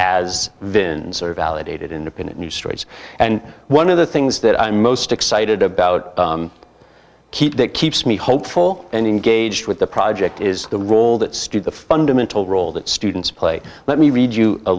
or validated independent new straits and one of the things that i'm most excited about keep that keeps me hopeful and engaged with the project is the role that steve the fundamental role that students play let me read you a